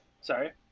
Sorry